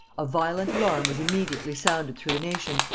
a violent alarm was immediately sounded through the nation,